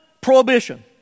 prohibition